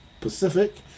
pacific